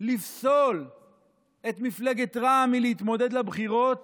לפסול את מפלגת רע"מ מלהתמודד בבחירות